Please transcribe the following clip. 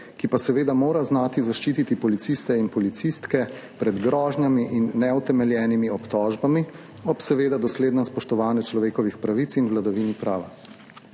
ki pa seveda mora znati zaščititi policiste in policistke pred grožnjami in neutemeljenimi obtožbami, seveda ob doslednem spoštovanju človekovih pravic in vladavine prava.